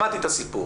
שמעתי את הסיפור.